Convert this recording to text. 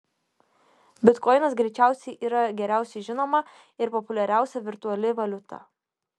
bitkoinas greičiausiai yra geriausiai žinoma ir populiariausia virtuali valiuta